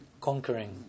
conquering